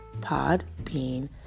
Podbean